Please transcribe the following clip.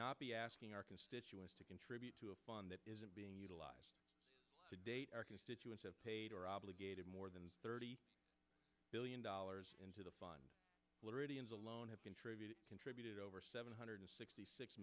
be asking our constituents to contribute to a fund that isn't being utilized to date our constituents have paid or obligated more than thirty billion dollars into the fund floridians alone have contributed contributed over seven hundred sixty six